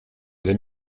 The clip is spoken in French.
des